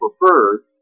preferred